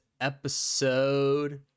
episode